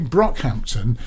Brockhampton